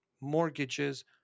mortgages